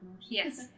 Yes